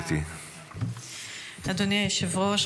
אדוני היושב-ראש,